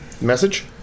message